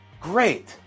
great